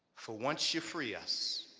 for once you free us,